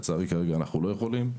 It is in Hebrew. לצערי כרגע אנחנו לא יכולים.